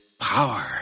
power